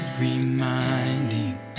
reminding